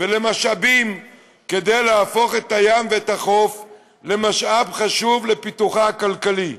ולמשאבים כדי להפוך את הים ואת החוף למשאב חשוב לפיתוחה הכלכלי.